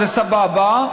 זה סבבה,